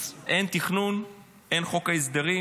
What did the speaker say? אז אין תכנון, אין חוק ההסדרים,